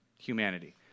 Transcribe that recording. humanity